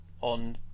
on